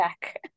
back